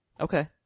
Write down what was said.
Okay